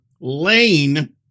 lane